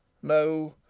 no,